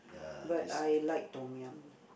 but I like Tom-Yum